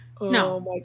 No